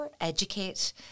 educate